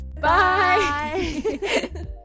Bye